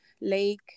lake